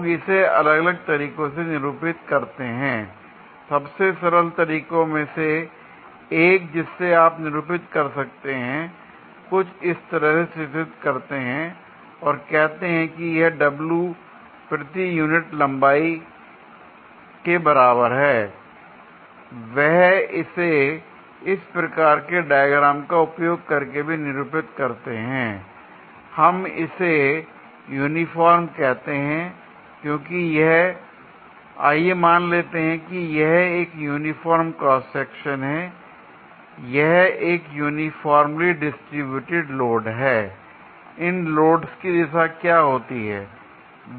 लोग इसे अलग अलग तरीकों से निरूपित करते हैं l सबसे सरल तरीकों में से एक जिससे आप निरूपित कर सकते हैं कुछ इस तरह से चित्रित करते हैं और कहते हैं कि यह w प्रति यूनिट लंबाई के बराबर है l वह इसे इस प्रकार के डायग्राम का उपयोग करके भी निरूपित करते हैं l हम इसे यूनिफॉर्म कहते हैं क्योंकि यह आइए मान लेते हैं कि यह एक यूनिफॉर्म क्रॉस सेक्शन हैं यह एक यूनीफामर्ली डिसटीब्युटेड लोड है l इन लोडस की दिशा क्या होती है